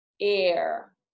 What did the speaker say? air